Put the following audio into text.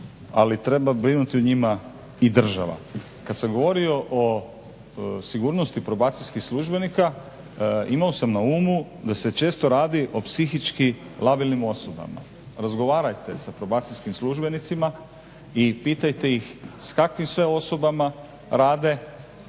ali treba brinuti o njima i država. Kada sam govorio o sigurnosti probacijskih službenika imao sam na umu da se često radi o psihički labilnim osobama. Razgovarajte sa probacijskim službenicima i pitajte ih s kakvim sve osobama rade,